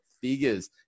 figures